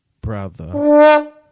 brother